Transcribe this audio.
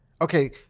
okay